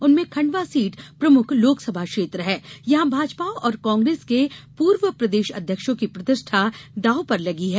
उनमें खंडवा सीट प्रमुख लोकसभा क्षेत्र है यहां भाजपा और कांग्रेस के पूर्व प्रदेश अध्यक्षों की प्रतिष्ठा दांव पर लगी है